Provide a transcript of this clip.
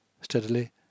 Steadily